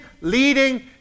leading